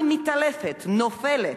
היא מתעלפת, נופלת,